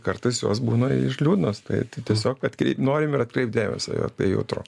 kartais jos būna liūdnos tai tai tiesiog atkreip norim ir atkreipt dėmesį apie jautru